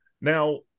Now